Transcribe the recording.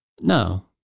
No